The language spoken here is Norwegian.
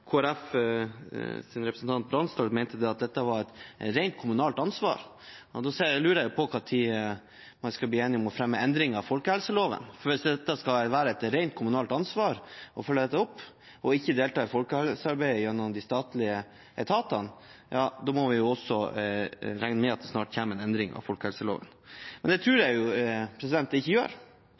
representant Bransdal mente at dette var et rent kommunalt ansvar, og da lurer jeg på når man skal bli enige om å fremme endringer i folkehelseloven. For hvis det skal være et rent kommunalt ansvar å følge opp dette, og at en ikke skal delta i folkehelsearbeidet gjennom de statlige etatene, da må vi også regne med at det snart kommer en endring av folkehelseloven. Og det tror jeg jo det ikke gjør.